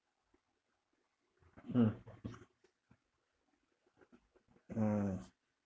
mm mm